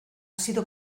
sido